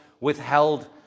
withheld